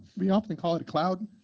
we often call it a cloud.